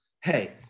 hey